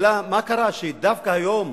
קרה שדווקא היום